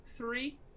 three